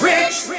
Rich